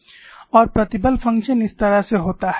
और प्रतिबल फंक्शन इस तरह से होता है